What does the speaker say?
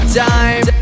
time